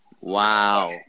Wow